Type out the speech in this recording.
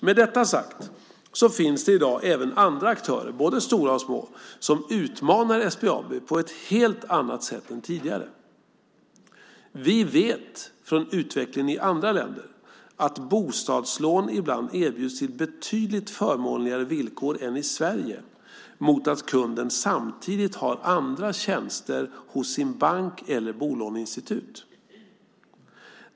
Med detta sagt finns det i dag även andra aktörer - både stora och små - som utmanar SBAB på ett helt annat sätt än tidigare. Vi vet från utvecklingen i andra länder att bostadslån ibland erbjuds till betydligt förmånligare villkor än i Sverige mot att kunden samtidigt har andra tjänster hos sin bank eller bolåneinstitut.